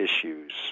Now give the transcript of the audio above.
issues